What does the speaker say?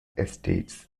estates